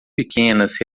pequenas